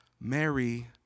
Mary